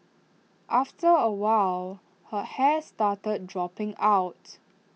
after A while her hair started dropping out